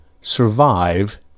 survive